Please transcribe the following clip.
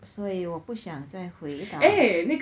所以我不想再回答你